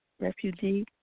refugee